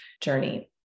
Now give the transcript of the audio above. journey